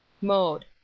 Mode